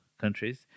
countries